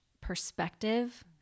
perspective